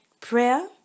prayer